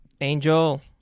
Angel